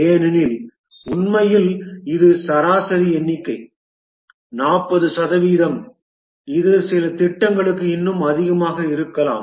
ஏனெனில் உண்மையில் இது சராசரி எண்ணிக்கை 40 சதவிகிதம் இது சில திட்டங்களுக்கு இன்னும் அதிகமாக இருக்கலாம்